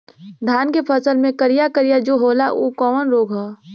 धान के फसल मे करिया करिया जो होला ऊ कवन रोग ह?